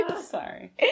sorry